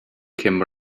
came